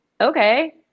okay